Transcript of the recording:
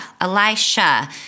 Elisha